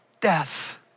death